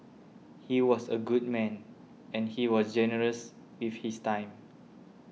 he was a good man and he was generous with his time